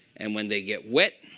and when they get wet,